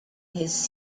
his